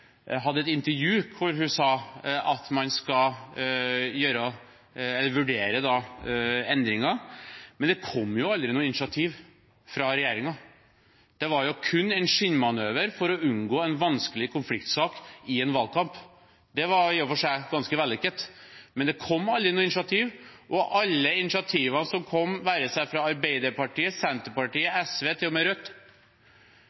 at man skal vurdere endringer. Men det kom aldri noe initiativ fra regjeringen. Det var kun en skinnmanøver for å unngå en vanskelig konfliktsak i en valgkamp – i og for seg ganske vellykket – men det kom aldri noe initiativ. Alle initiativene som kom, det være seg fra Arbeiderpartiet, fra Senterpartiet,